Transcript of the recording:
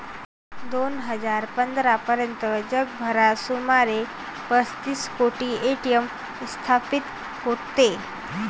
दोन हजार पंधरा पर्यंत जगभरात सुमारे पस्तीस कोटी ए.टी.एम स्थापित होते